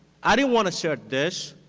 i don't want to serve this.